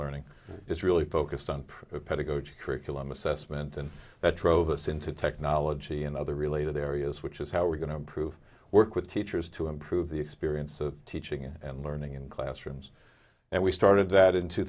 learning is really focused on pedagogy curriculum assessment and that drove us into technology and other related areas which is how we're going to improve work with teachers to improve the experience of teaching and learning in classrooms and we started that in two